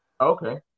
Okay